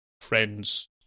friend's